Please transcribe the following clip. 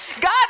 God